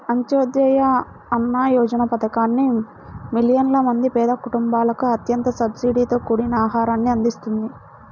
అంత్యోదయ అన్న యోజన పథకాన్ని మిలియన్ల మంది పేద కుటుంబాలకు అత్యంత సబ్సిడీతో కూడిన ఆహారాన్ని అందిస్తుంది